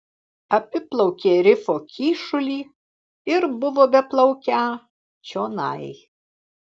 apiplaukė rifo kyšulį ir buvo beplaukią čionai